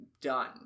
done